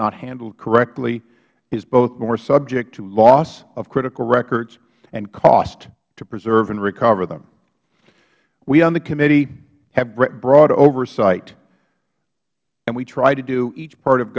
not handled correctly is both more subject to loss of critical records and cost to preserve and recover them we on the committee have broad oversight and we try to do each part of